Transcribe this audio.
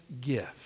gift